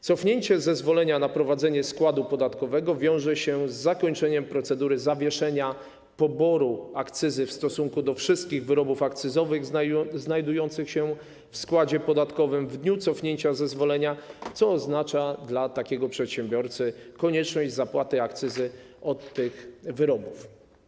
Cofnięcie zezwolenia na prowadzenie składu podatkowego wiąże się z zakończeniem procedury zawieszenia poboru akcyzy w stosunku do wszystkich wyrobów akcyzowych znajdujących się w składzie podatkowym w dniu cofnięcia zezwolenia, co oznacza dla takiego przedsiębiorcy konieczność zapłaty akcyzy od tych wyrobów.